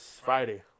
Friday